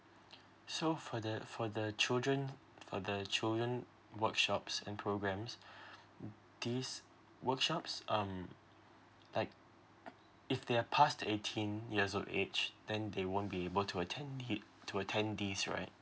so for the for the children for the children workshops and programs these workshops um like if they are past eighteen years of age then they won't be able to attend it to attend this right